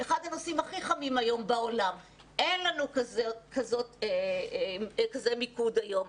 אחד הנושאים הכי חמים בעולם ואין לנו כזה מיקוד היום.